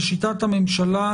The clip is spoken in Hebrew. לשיטת הממשלה,